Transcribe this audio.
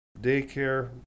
daycare